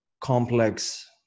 complex